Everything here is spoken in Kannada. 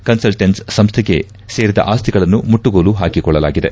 ಕನ್ನಲ್ಟೆನ್ಸ್ ಸಂಸ್ವೆಗೆ ಸೇರಿದ ಆಸ್ತಿಗಳನ್ನು ಮುಟ್ಟುಗೋಲು ಹಾಕಿಕೊಳ್ಳಲಾಗಿದೆ